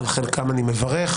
על חלקם אני מברך,